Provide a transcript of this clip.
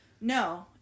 No